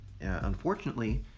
Unfortunately